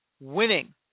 winning